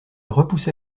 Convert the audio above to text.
repoussa